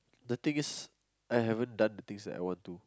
the thing is I haven't done the things that I want to